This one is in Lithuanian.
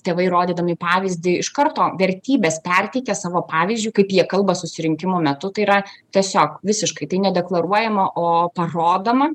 tėvai rodydami pavyzdį iš karto vertybes perteikia savo pavyzdžiu kaip jie kalba susirinkimo metu tai yra tiesiog visiškai tai nedeklaruojama o parodoma